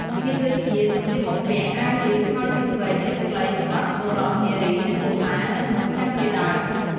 មានដូចជា សម្លៀកបំពាក់ អាវយឺត ខោជើងវែងឬខ្លី សម្រាប់បុរស នារី និងកុមារ និងមនុស្សចាស់ជាដើម។